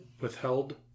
withheld